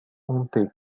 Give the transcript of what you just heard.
hanté